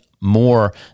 more